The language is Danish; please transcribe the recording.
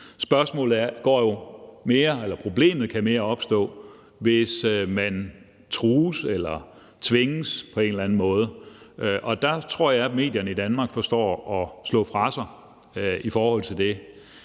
problemet kan mere opstå, hvis man trues eller tvinges på en eller anden måde, og der tror jeg, at medierne i Danmark forstår at slå fra sig i forhold til det.